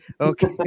okay